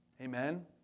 amen